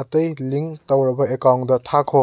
ꯑꯇꯩ ꯂꯤꯡ ꯇꯧꯔꯕ ꯑꯦꯀꯥꯎꯟꯗ ꯊꯥꯈꯣ